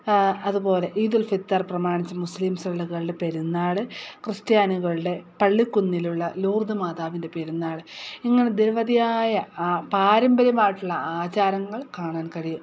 അതുപോലെ ഈദുൽ ഫിത്തർ പ്രമാണിച്ച് മുസ്ലിംസ് പെരുന്നാൾ ക്രിസ്ത്യാനികളുടെ പള്ളിക്കുന്നിലുള്ള ലൂർദ് മാതാവിൻ്റെ പെരുന്നാൾ ഇങ്ങനെ നിരവധിയായ ആ പാരമ്പര്യമായിട്ടുള്ള ആചാരങ്ങൾ കാണാൻ കഴിയും